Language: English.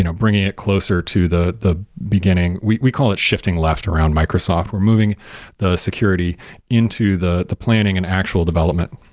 you know bringing it closer to the the beginning. we we call it shifting left around microsoft. we're moving the security into the the planning and actual development.